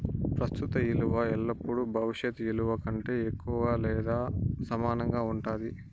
ప్రస్తుత ఇలువ ఎల్లపుడూ భవిష్యత్ ఇలువ కంటే తక్కువగా లేదా సమానంగా ఉండాది